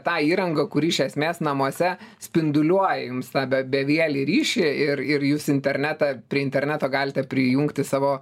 ta įranga kuri iš esmės namuose spinduliuoja jums tą be bevielį ryšį ir ir jūs internetą prie interneto galite prijungti savo